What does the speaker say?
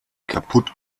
kaputt